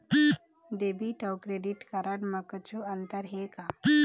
Debit अऊ credit card म कुछू अंतर हे का?